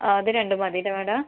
ആ അത് രണ്ടും മതിയല്ലേ മാഡം